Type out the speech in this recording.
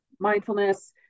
Mindfulness